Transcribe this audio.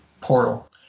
portal